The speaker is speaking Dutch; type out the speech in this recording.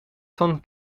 van